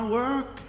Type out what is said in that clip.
work